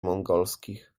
mongolskich